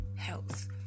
health